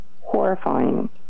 horrifying